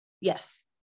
Yes